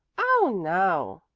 oh no,